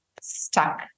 stuck